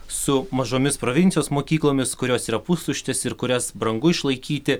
su mažomis provincijos mokyklomis kurios yra pustuštės ir kurias brangu išlaikyti